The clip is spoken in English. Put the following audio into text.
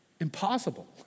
Impossible